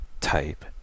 type